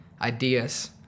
ideas